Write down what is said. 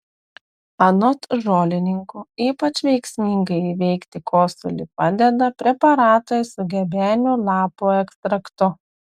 anot žolininkų ypač veiksmingai įveikti kosulį padeda preparatai su gebenių lapų ekstraktu